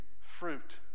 fruit